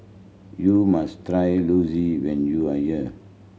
you must try Zosui when you are here